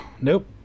Nope